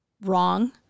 wrong